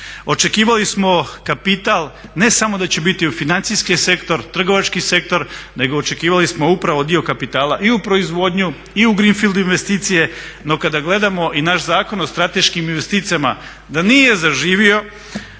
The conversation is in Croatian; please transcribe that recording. Očekivali smo kapital ne samo da će biti u financijski sektor, trgovački sektor nego očekivali smo upravo dio kapitala i u proizvodnju, i u greenfield investicije no kada gledamo i naš Zakon o strateškim investicijama da nije zaživio,